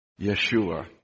Yeshua